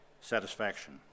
satisfaction